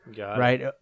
right